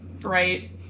right